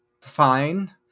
fine